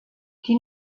die